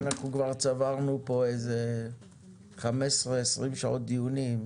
כבר צברנו כאן 20-15 שעות דיונים,